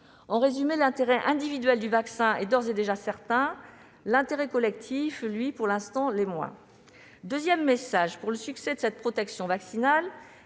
En résumé, si l'intérêt individuel du vaccin est d'ores et déjà certain, l'intérêt collectif, quant à lui, l'est moins. Deuxièmement, afin d'assurer le succès de cette protection vaccinale,